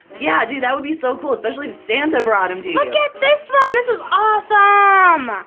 yeah, dude that would be so cool. especially if santa brought them to you! look at this one! this is awesome! um